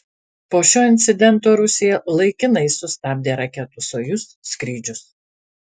po šio incidento rusija laikinai sustabdė raketų sojuz skrydžius